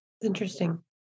Interesting